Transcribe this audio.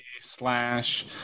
slash